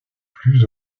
plus